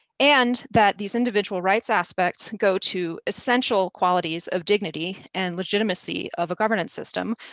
and that these individual rights aspects go to essential qualities of dignity and legitimacy of a governance system,